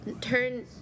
turn